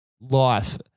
Life